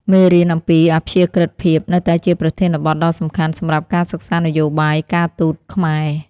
មេរៀនអំពីអព្យាក្រឹតភាពនៅតែជាប្រធានបទដ៏សំខាន់សម្រាប់ការសិក្សានយោបាយការទូតខ្មែរ។